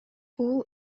бул